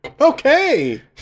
Okay